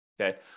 Okay